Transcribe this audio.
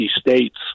States